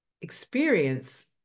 experience